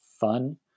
fun